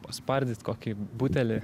paspardyt kokį butelį